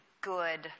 good